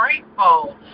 grateful